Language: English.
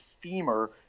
femur